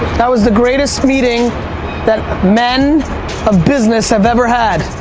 that was the greatest meeting that men of business have ever had.